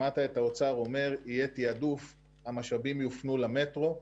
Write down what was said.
שמעת את האוצר אומר שיהיה תעדוף והמשאבים יופנו למטרו.